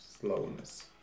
slowness